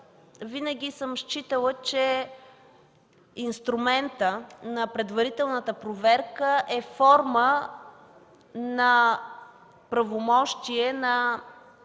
винаги съм считала, че инструментът на предварителната проверка е форма на правомощие на